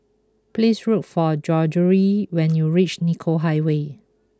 please look for Gregorio when you reach Nicoll Highway